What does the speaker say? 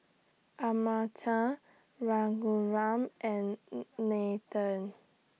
Amartya Raghuram and Nathan